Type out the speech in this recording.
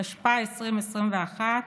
התשפ"א 2021,